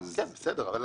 את